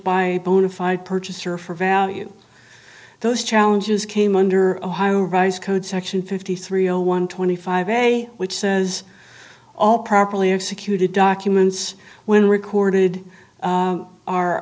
by bona fide purchaser for value those challenges came under a highrise code section fifty three zero one twenty five a which says all properly executed documents when recorded